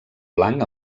blanc